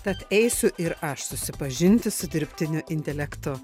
tad eisiu ir aš susipažinti su dirbtiniu intelektu